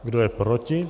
Kdo je proti?